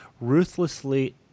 ruthlessly